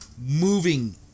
moving